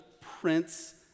prince